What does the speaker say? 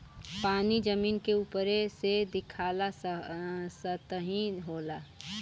पानी जमीन के उपरे से दिखाला सतही होला